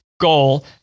goal